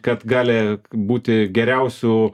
kad gali būti geriausių